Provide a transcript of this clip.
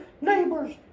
neighbors